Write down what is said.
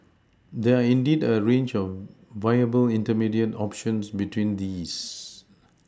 there are indeed a range of viable intermediate options between these